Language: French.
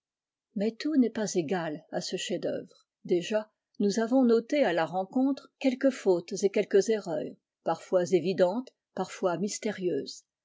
mais tout n'est pas égal h ce chef-d'œuvre déjà nous avons noté à la rencontre quelques fautes et quelques erreurs parfois évidentes parfois mystérieuses